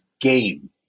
game